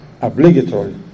obligatory